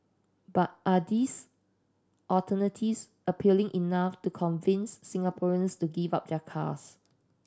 but are these alternatives appealing enough to convince Singaporeans to give up their cars